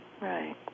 Right